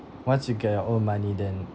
once you get your own money then